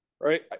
right